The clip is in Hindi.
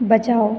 बचाओ